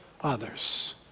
others